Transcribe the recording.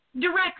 directly